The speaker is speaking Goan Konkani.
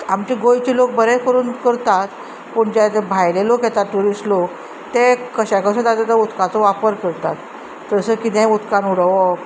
आमचे गोंयचे लोक बरें करून करतात पूण जे भायले लोक येतात ट्युरिस्ट लोक ते कश्या कशें जाता तो उदकाचो वापर करतात तसो कितेंय उदकान उडोवप